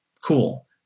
Cool